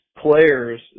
Players